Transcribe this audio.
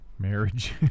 marriage